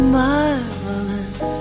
marvelous